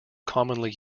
commonly